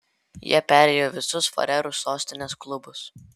jie perėjo visus farerų sostinės klubus